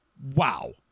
Wow